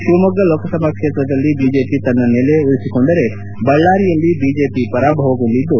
ಶಿವಮೊಗ್ಗ ಲೋಕಸಭಾ ಕ್ಷೇತ್ರದಲ್ಲಿ ಬಿಜೆಪಿ ತನ್ನ ನೆಲೆ ಉಳಿಸಿಕೊಂಡರೆ ಬಳ್ದಾರಿಯಲ್ಲಿ ಬಿಜೆಪಿ ಪರಾಭವಗೊಂಡಿದ್ದು